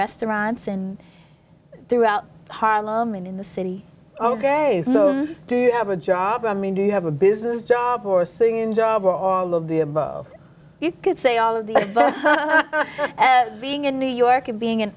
restaurants and throughout harlem and in the city ok do you have a job i mean do you have a business job or singing job or all of the above you could say all of that but being in new york and being an